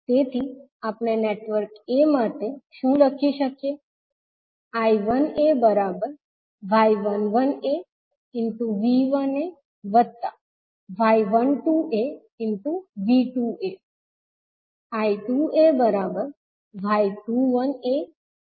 તેથી આપણે network a માટે શું લખી શકીએ